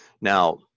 Now